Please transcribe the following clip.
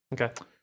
Okay